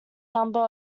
number